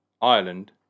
Ireland